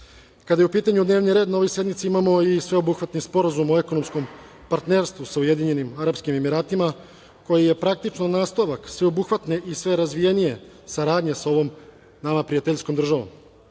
je u pitanju dnevni red, na ovoj sednici imamo i sveobuhvatni sporazum o ekonomskom partnerstvu sa UAE, koji je praktično nastavak sveobuhvatne i sve razvijenije saradnje sa ovom nama prijateljskom državom. Ovim